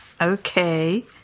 Okay